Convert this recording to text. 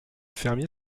fermier